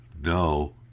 No